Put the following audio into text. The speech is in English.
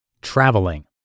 Traveling